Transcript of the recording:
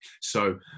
So-